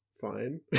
fine